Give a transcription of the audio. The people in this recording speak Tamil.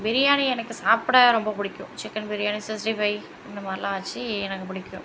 பிரியாணி எனக்கு சாப்பிட ரொம்ப பிடிக்கும் சிக்கன் பிரியாணி சிக்ஸ்டி ஃபைவ் இந்த மாதிரிலாம் வச்சு எனக்கு பிடிக்கும்